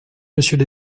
monsieur